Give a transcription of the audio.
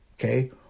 okay